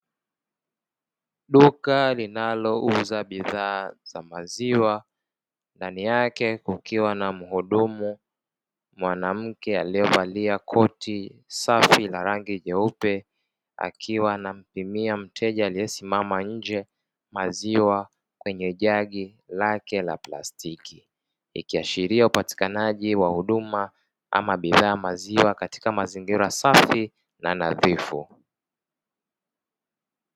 Duka linalouza bidhaa za maziwa ndani yake, kukiwa na muhudumu mwanamke aliyevalia koti safi la rangi nyeupe akiwa anampimia mteja aliyesimama nje maziwa kwenye jagi lake la plastiki, ikiashiria upatikanaji wa huduma ama bidhaa ya maziwa katika mazingira safi na nadhifu.